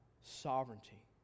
sovereignty